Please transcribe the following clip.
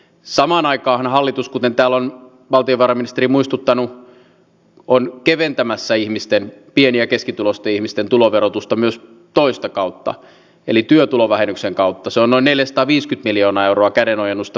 samaan aikaan hallitus kuten talon valtiovarainministeri muistuttanut on keventämässä ihmisten pien ja keskituloisten ihmisten tuloverotusta myös toista kautta eli työtulovähennyksen kautta sanoi neljäsataaviisi miljoonaa euroa kädenojennusta